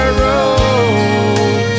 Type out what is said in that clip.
road